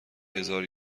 هزار